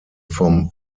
vom